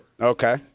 Okay